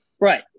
Right